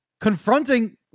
confronting